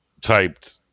typed